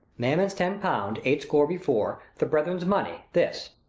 mammon's ten pound eight score before the brethren's money, this.